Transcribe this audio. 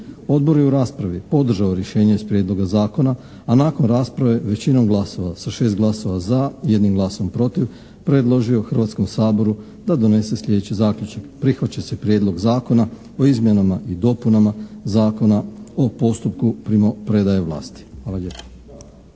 Odbor je u raspravi podržao rješenje iz prijedoga zakona, a nakon rasprave većinom glasova, sa 6 glasova za, jednim glasom protiv predložio Hrvatskom saboru da donese sljedeći zaključak: Prihvaća se Prijedlog zakona o izmjenama i dopunama Zakona o postupku primopredaje vlasti. Hvala lijepa.